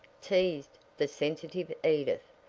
teased the sensitive edith,